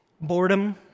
boredom